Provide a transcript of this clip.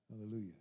Hallelujah